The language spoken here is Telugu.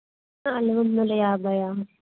నాలుగు వందల యాభైయా